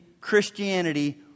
Christianity